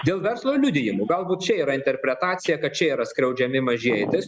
dėl verslo liudijimų galbūt čia yra interpretacija kad čia yra skriaudžiami mažieji